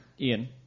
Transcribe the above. Ian